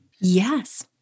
Yes